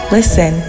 Listen